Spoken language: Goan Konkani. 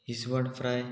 इसवड फ्राय